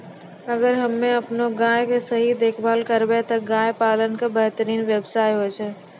अगर हमॅ आपनो गाय के सही देखभाल करबै त गाय पालन एक बेहतरीन व्यवसाय होय छै